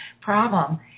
problem